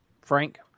Frank